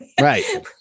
Right